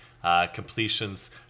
completions